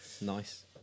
Nice